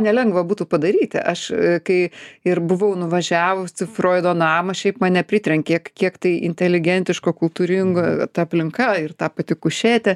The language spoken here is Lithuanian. nelengva būtų padaryti aš kai ir buvau nuvažiavusi froido namą šiaip mane pritrenkė kiek tai inteligentiška kultūringa ta aplinka ir ta pati kušetė